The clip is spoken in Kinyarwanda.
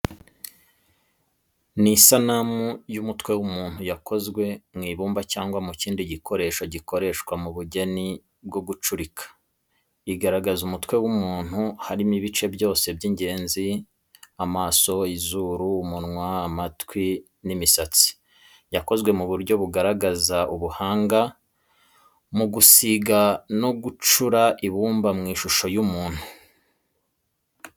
Ni sanamu y'umutwe w’umuntu yakozwe mu ibumba cyangwa mu kindi gikoresho gikoreshwa mu bugeni bwo gucurika. Igaragaza umutwe w’umuntu, harimo ibice byose by’ingenzi, amaso, izuru, umunwa, amatwi n’imisatsi. Yakozwe mu buryo bugaragaza ubuhanga mu gusiga no gucura ibumba mu ishusho y’umuntu.